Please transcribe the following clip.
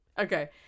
Okay